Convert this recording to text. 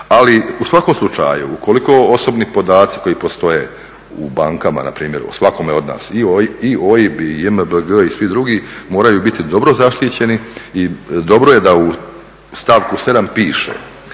Ali u svakom slučaju ukoliko osobni podaci koji postoje u bankama na primjer o svakome od nas i OIB i JMBG i svi drugi moraju biti dobro zaštićeni i dobro je da u stavku 7. piše,